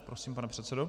Prosím, pane předsedo.